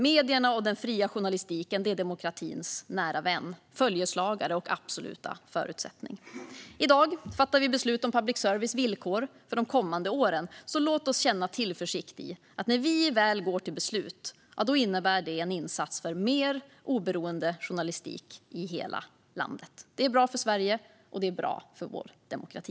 Medierna och den fria journalistiken är demokratins nära vän, följeslagare och absoluta förutsättning. I dag fattar vi beslut om public services villkor för de kommande åren. Låt oss känna tillförsikt i att när vi väl går till beslut innebär det en insats för mer oberoende journalistik i hela landet. Det är bra för Sverige, och det är bra för vår demokrati.